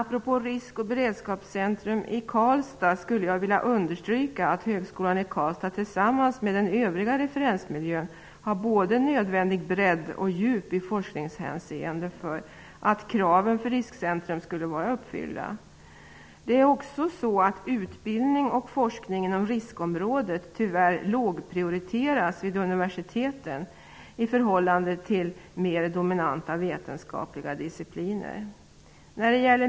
Apropå risk och beredskapscentrum i Karlstad skulle jag vilja understryka att högskolan i Karlstad, tillsammans med den övriga referensmiljön, ur forskningshänseende har både bredd och djup tillräckligt för att kraven för riskcentrum skall vara uppfyllda. Utbildning och forskning inom riskområdet lågprioriteras tyvärr vid universiteten i förhållande till mer dominanta vetenskapliga discipliner.